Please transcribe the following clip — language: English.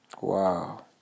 Wow